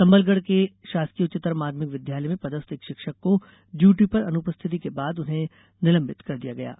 संबलगढ़ के शासकीय उच्चतर माध्यमिक विद्यालय में पदस्थ एक शिक्षक को डयूटी पर अनुपस्थित के बाद उन्हें निलंबित कर दिया है